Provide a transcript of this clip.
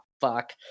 fuck